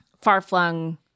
far-flung